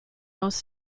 most